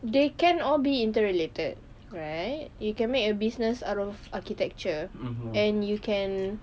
they can all be interrelated right you can make a business out of architecture and you can